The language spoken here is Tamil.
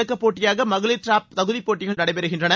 தொடக்கப் போட்டியாக மகளிர் ட்ராப் தகுதிப் போட்டிகள் இடம்பெறுகின்றன